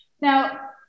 Now